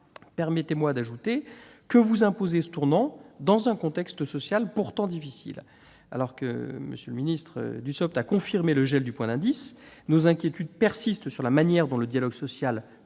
Permettez-moi d'ajouter que vous imposez ce tournant dans un contexte social pourtant difficile. Alors que M. le secrétaire d'État a confirmé le gel du point d'indice, nos inquiétudes persistent sur la manière dont le dialogue social pourra